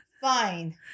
fine